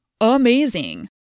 amazing